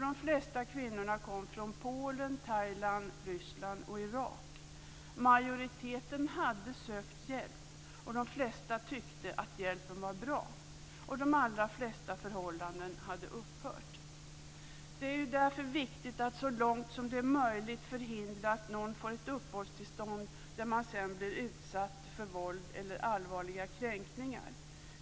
De flesta kvinnorna kom från Polen, Thailand, Ryssland och Irak. Majoriteten hade sökt hjälp, och de flesta tyckte att hjälpen varit bra. De allra flesta förhållandena hade upphört. Det är därför viktigt att så långt som det är möjligt förhindra att någon får ett uppehållstillstånd där anknytningen leder till att man sedan blir utsatt för våld eller allvarliga kränkningar.